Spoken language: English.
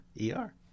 E-R